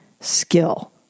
skill